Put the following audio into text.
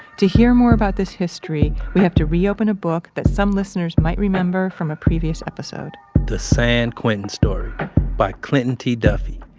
to hear more about this history, we have to reopen a book that some listeners might remember from a previous episode the san quentin story by clinton t. duffy.